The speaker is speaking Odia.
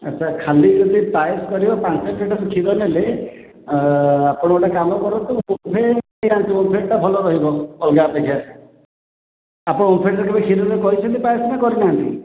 ଆଚ୍ଛା ଖାଲି ଯଦି ପାୟେସ୍ କରିବ ପାଞ୍ଚ ଲିଟର କ୍ଷୀର ନେଲେ ଆପଣ ଗୋଟେ କାମ କରନ୍ତୁ ଓମଫେଡ ଟା ନେଇଯାଆନ୍ତୁ ଓମଫେଡ ଟା ଭଲ ରହିବ ଅଲଗା ଅପେକ୍ଷା ଆପଣ ଓମଫେଡ ରେ ଖିରି ଫିରି କରିଛନ୍ତି ନା କେବେ କରିନାହାନ୍ତି